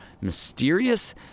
mysterious